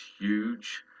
huge